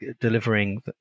delivering